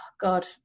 God